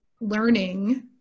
learning